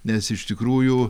nes iš tikrųjų